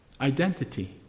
identity